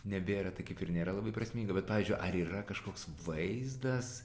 nebėra tai kaip ir nėra labai prasminga bet pavyzdžiui ar yra kažkoks vaizdas